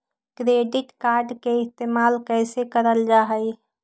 Credit card के इस्तेमाल कईसे करल जा लई?